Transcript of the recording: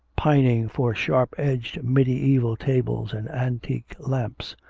pining for sharp-edged mediaeval tables and antique lamps.